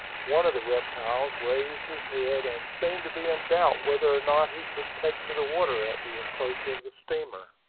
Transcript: one of the reptiles raised his head, and seemed to be in doubt whether or not he should take to the water at the approach of the steamer.